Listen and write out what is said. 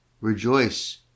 Rejoice